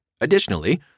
Additionally